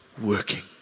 working